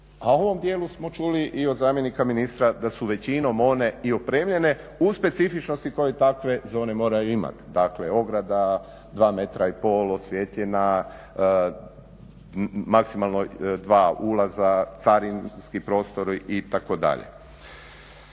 a u ovom djelu smo čuli i od zamjenika ministra da su većinom one i opremljene u specifičnosti koje takve zone moraju imati. Dakle, ograda 2,5 metra, osvijetljena, maksimalno dva ulaza, carinski prostor itd.